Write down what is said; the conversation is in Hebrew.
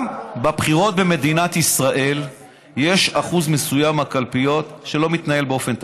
גם בבחירות במדינת ישראל יש אחוז מסוים מהקלפיות שלא מתנהל באופן תקין.